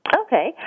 Okay